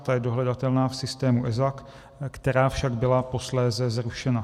Ta je dohledatelná v systému EZAK, která však byla posléze zrušena.